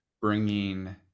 bringing